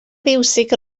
fiwsig